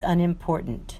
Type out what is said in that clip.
unimportant